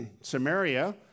Samaria